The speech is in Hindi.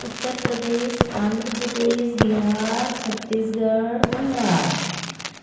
उत्तर प्रदेश आंध्र प्रदेश बिहार छत्तीसगढ़ महाराष्ट्र